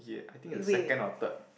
I think it was second or third